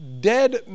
dead